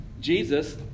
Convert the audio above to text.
Jesus